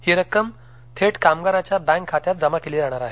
ही रक्कम थेट कामगाराच्या बँक खात्यात जमा केली जाणार आहे